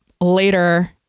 later